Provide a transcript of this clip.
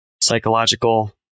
psychological